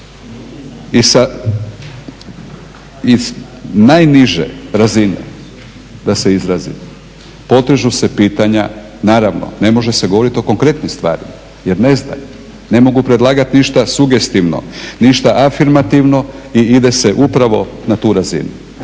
i najniže razine, da se izrazim, potežu se pitanja, naravno ne može se govoriti o konkretnim stvarima jer ne znaju, ne mogu predlagati ništa sugestivno, ništa afirmativno i ide se upravo na tu razinu